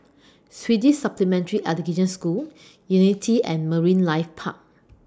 Swedish Supplementary Education School Unity and Marine Life Park